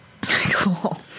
Cool